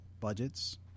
budgets